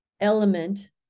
element